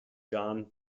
john